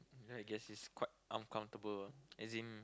I guess it's quite uncomfortable as in